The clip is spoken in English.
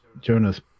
Jonas